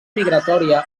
migratòria